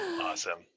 Awesome